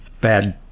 bad